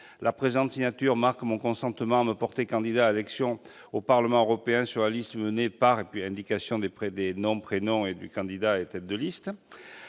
La présente signature marque mon consentement à me porter candidat à l'élection au Parlement européen sur la liste menée par (indication des nom et prénoms du candidat tête de liste)